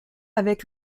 avec